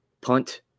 punt